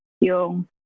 yung